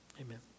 amen